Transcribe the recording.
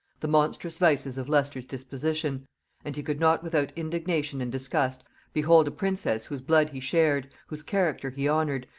the monstrous vices of leicester's disposition and he could not without indignation and disgust behold a princess whose blood he shared, whose character he honored,